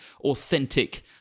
authentic